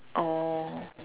oh